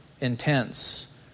intense